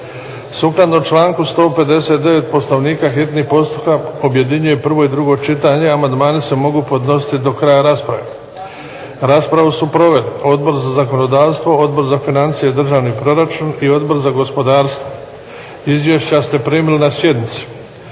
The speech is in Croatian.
Sukladno članku 159. Poslovnika hitni postupak objedinjuje prvo i drugo čitanje. Amandmani se mogu podnositi do kraja rasprave. Raspravu su proveli Odbor za zakonodavstvo, Odbor za financije i državni proračun i Odbor za gospodarstvo. Izvješća ste primili na sjednici.